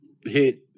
hit